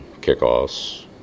Kickoffs